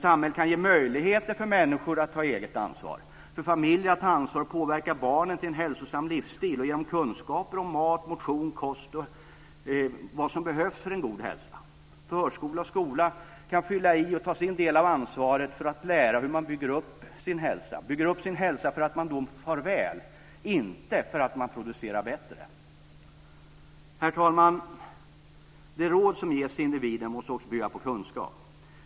Samhället kan ge möjligheter för människor att ta eget ansvar och för familjer att ta ansvar och påverka barnen till en hälsosam livsstil och ge dem kunskaper om mat, motion, kost och vad som behövs för en god hälsa. Förskola och skola kan fylla i och ta sin del av ansvaret för att lära ut hur man bygger upp sin hälsa - bygger upp sin hälsa för att man ska må väl, inte för att man ska producera bättre. Herr talman! De råd som ges till individen måste också bygga på kunskap.